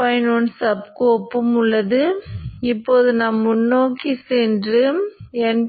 புள்ளியிடப்பட்ட முனை எதிர்மறையாக மாறும்